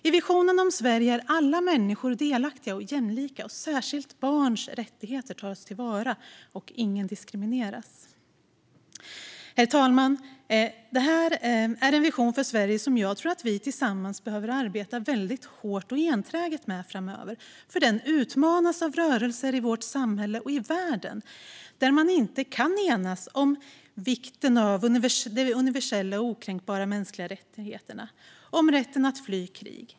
I visionen om Sverige är alla människor delaktiga och jämlika, barns rättigheter tas särskilt till vara och ingen diskrimineras. Herr talman! Det är en vision för Sverige som jag tror att vi tillsammans behöver arbeta väldigt hårt och enträget med framöver, för den utmanas av rörelser i vårt samhälle och i världen där man inte kan enas om vikten av universella och okränkbara mänskliga rättigheter, som rätten att fly krig.